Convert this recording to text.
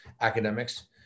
academics